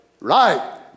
right